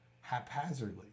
haphazardly